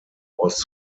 was